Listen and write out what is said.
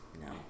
No